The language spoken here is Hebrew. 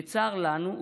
בצר לנו,